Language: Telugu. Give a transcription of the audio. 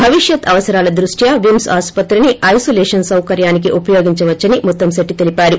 భవిష్యత్ అవసరాల దృష్ట్వా విమ్స్ ఆస్పత్రిని ఐనోలేషన్ సౌకర్యానికి ఉపయోగించ వచ్చని ముత్తకెట్టి తెలిపారు